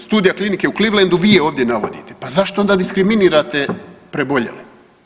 Studija klinike u Clevelandu vi ovdje navodite pa zašto onda diskriminirate preboljele.